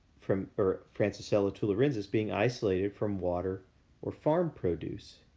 from or francisella tularensis being isolated from water or farm produce.